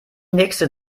nächste